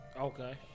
Okay